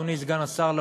אדוני סגן השר,